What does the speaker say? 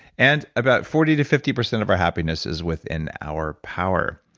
and about forty to fifty percent of our happiness is within our power